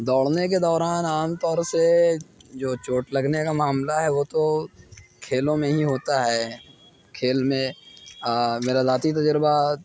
دوڑنے کے دوران عام طور سے جو چوٹ لگنے کا معاملہ ہے وہ تو کھیلوں میں ہی ہوتا ہے کھیل میں میرا ذاتی تجربہ